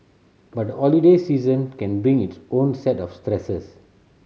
but the holiday season can bring its own set of stresses